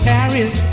Paris